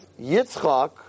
Yitzchak